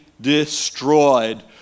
destroyed